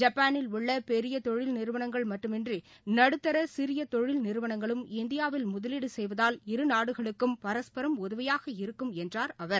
ஜப்பானில் உள்ளபெரியதொழில் நிறுவனங்கள் மட்டுமின்றிநடுத்தாசிறியதொழில் நிறுவனங்களும் இந்தியாவில் முதலீடுசெய்வதால் இருநாடுகளுக்கும் பரஸ்பரம் உதவியாக இருக்கும் என்றார் அவர்